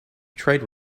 trade